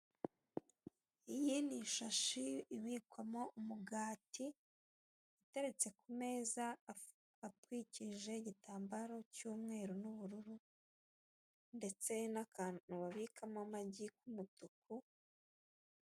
Iyi ni ishashi ibikwamo umugati, iteretse ku meza atwikije igitambaro cy'umweru n'ubururu, ndetse n'akantu babikamo amagi k'umutuku.